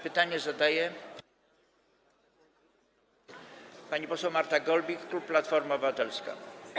Pytanie zadaje pani poseł Marta Golbik, klub Platforma Obywatelska.